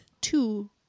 two